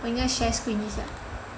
我应该 share screen 一下